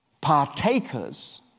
partakers